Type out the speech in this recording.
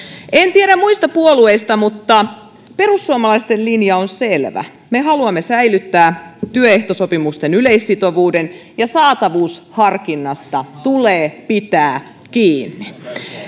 en tiedä muista puolueista mutta perussuomalaisten linja on selvä me haluamme säilyttää työehtosopimusten yleissitovuuden ja saatavuusharkinnasta tulee pitää kiinni